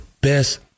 best